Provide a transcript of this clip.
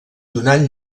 donant